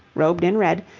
robed in red,